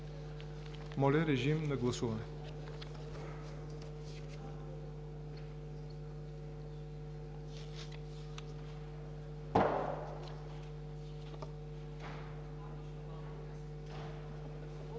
Моля, режим на гласуване